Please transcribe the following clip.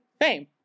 Fame